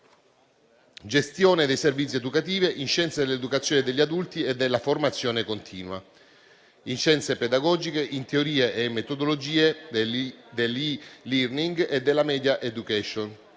gestione dei servizi educativi, LM-57 - Scienze dell'educazione degli adulti e della formazione continua, LM-85 - Scienze pedagogiche e LM-93 - Teorie e metodologie dell'*e-learning* e della *media education*